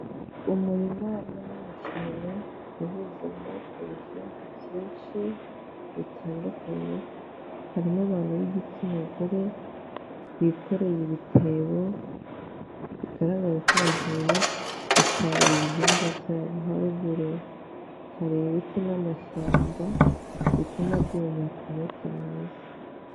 Umurima munini cyane uhinzemo ibihingwa byinshi bitandukanye, harimo abantu b'igitsina gore bikoreye ibitebo bigaragara ko bavuye gusarura ibihingwa byabo, haruguru hari ibiti n'amashyamba bituma duhumeka umwuka mwiza.